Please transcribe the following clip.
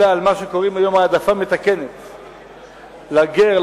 אלא מה שקוראים היום "העדפה מתקנת"; לגר,